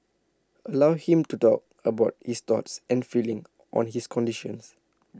allow him to talk about his thoughts and feelings on his condition